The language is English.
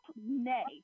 nay